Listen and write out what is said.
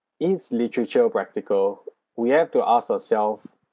is literature practical we have to ask ourselves